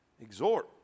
Exhort